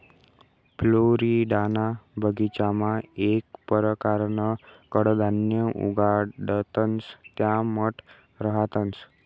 फ्लोरिडाना बगीचामा येक परकारनं कडधान्य उगाडतंस त्या मठ रहातंस